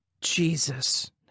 Jesus